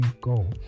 go